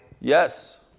Yes